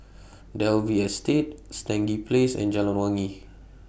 Dalvey Estate Stangee Place and Jalan Wangi